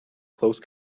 close